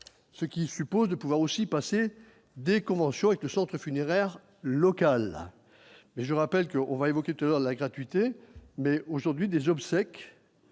ce qui suppose de pouvoir aussi passer des conventions avec le centre funéraire local mais je rappelle qu'on va évoquer toujours la gratuité mais aujourd'hui des obsèques